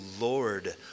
lord